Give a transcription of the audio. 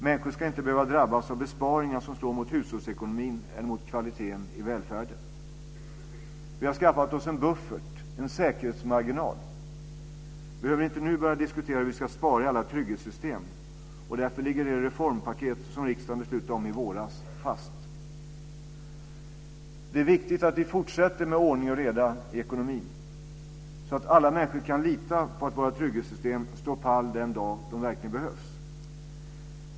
Människor ska inte behöva drabbas av besparingar som slår mot hushållsekonomin eller mot kvaliteten i välfärden. Vi har skaffat oss en buffert, en säkerhetsmarginal. Vi behöver inte nu börja diskutera hur vi ska spara i alla trygghetssystem, och därför ligger det reformpaket som riksdagen beslutade om i våras fast. Det är viktigt att vi fortsätter med ordning och reda i ekonomin så att alla människor kan lita på att våra trygghetssystem står pall den dag då de verkligen behövs.